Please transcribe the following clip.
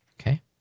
okay